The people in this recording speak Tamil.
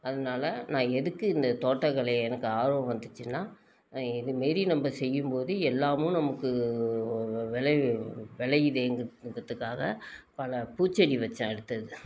அதனால் நான் எதுக்கு இந்த தோட்டக்கலையை எனக்கு ஆர்வம் வந்துச்சின்னா இதுமாரி நம்ப செய்யும்போது எல்லாமும் நமக்கு விளை விளையிது எங்கள் குடும்பத்துக்காக பல பூச்செடி வச்சேன் அடுத்தது